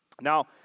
Now